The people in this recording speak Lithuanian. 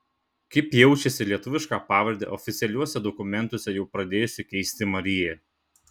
kaip jaučiasi lietuvišką pavardę oficialiuose dokumentuose jau pradėjusi keisti marija